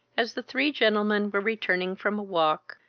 as the three gentlemen were returning from a walk,